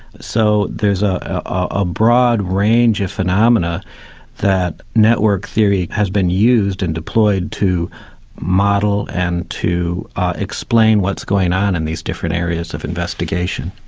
so there's a ah broad range of phenomena that network theory has been used and deployed to model and to explain what's going on in these different areas of investigation.